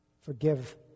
Forgive